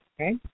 Okay